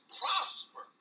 prosper